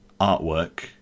artwork